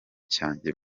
cyanjye